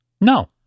no